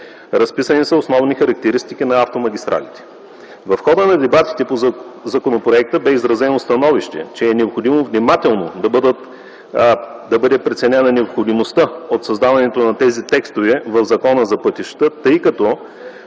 Разписани са основните характеристики на автомагистралите. В хода на дебатите по законопроекта бе изразено становище, че е необходимо внимателно да бъде преценена необходимостта от създаването на тези текстове в Закона за пътищата, тъй като